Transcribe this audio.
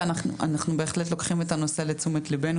אנחנו בהחלט לוקחים את הנושא לתשומת ליבנו,